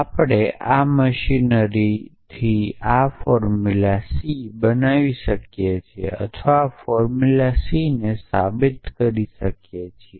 આપણે આ મશીનરીથી આ ફોર્મ્યુલા c બનાવી શકીએ છીએ અથવા આ ફોર્મ્યુલા c ને સાબિત કરી શકીએ છીયે